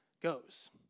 goes